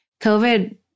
COVID